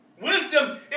Wisdom